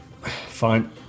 Fine